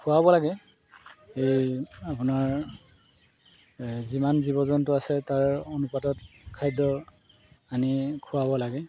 খুৱাব লাগে এই আপোনাৰ যিমান জীৱ জন্তু আছে তাৰ অনুপাতত খাদ্য আনি খুৱাব লাগে